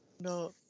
No